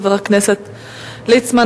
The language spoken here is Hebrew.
חבר הכנסת יעקב ליצמן,